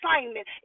assignment